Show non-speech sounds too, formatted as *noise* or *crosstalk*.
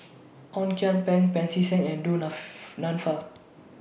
*noise* Ong Kian Peng Pancy Seng and Du *unintelligible* Nanfa